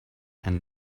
and